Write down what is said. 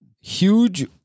Huge